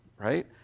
right